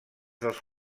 dels